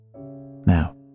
Now